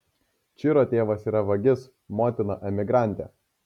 čiro tėvas yra vagis motina emigrantė